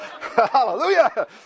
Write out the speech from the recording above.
Hallelujah